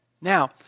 Now